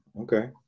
okay